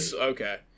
Okay